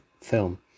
film